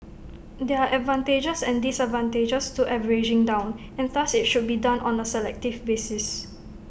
there are advantages and disadvantages to averaging down and thus IT should be done on A selective basis